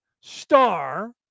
star